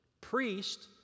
Priest